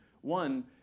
One